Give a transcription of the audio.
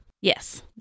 Yes